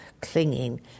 clinging